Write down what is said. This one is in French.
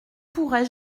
pourrais